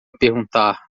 perguntar